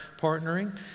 partnering